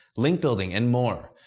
link building, and more.